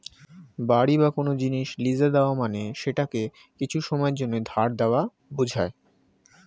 বাড়ি বা কোন জিনিস লীজে দেওয়া মানে সেটাকে কিছু সময়ের জন্যে ধার দেওয়া বোঝায়